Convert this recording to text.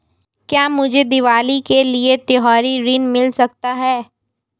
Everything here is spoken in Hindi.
क्या मुझे दीवाली के लिए त्यौहारी ऋण मिल सकता है?